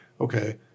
okay